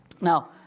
Now